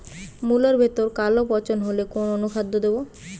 মুলোর ভেতরে কালো পচন হলে কোন অনুখাদ্য দেবো?